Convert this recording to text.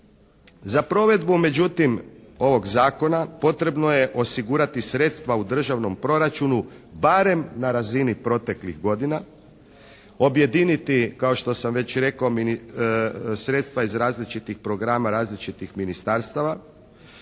Za provedbu međutim ovog zakona potrebno je osigurati sredstva u državnom proračunu barem na razini proteklih godina. Objediniti kao što sam već rekao sredstva iz različitih programa različitih ministarstava,